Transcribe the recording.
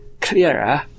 clearer